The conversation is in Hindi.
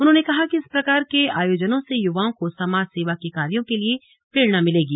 उन्होंने कहा कि इस प्रकार के आयोजनों से युवाओं को समाज सेवा के कार्यों के लिए प्रेरणा मिलेगी